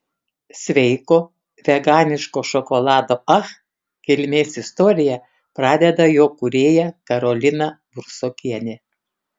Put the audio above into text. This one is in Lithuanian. sveiko veganiško šokolado ach kilmės istoriją pradeda jo kūrėja karolina brusokienė